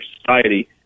society